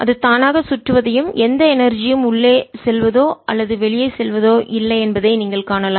அது தானாகவே சுற்றுவதையும் எந்த எனர்ஜியும் உள்ளே செல்வதோ அல்லது வெளியே செல்வதோ இல்லை என்பதை நீங்கள் காணலாம்